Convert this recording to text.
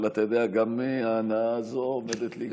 אבל אתה יודע, גם ההנאה הזאת עומדת להיגמר.